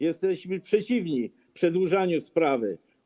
Jesteśmy przeciwni przedłużaniu sprawy.